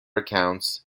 accounts